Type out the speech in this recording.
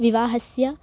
विवाहस्य